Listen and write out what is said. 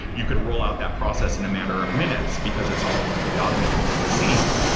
you could rollout that process in a matter of minutes, because it's all completely automated behind-the-scenes.